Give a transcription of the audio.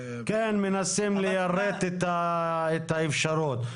מנסים ליירט את האפשרות.